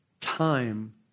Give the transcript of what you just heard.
time